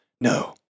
no